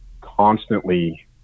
constantly